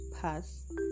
pass